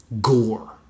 gore